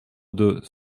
deux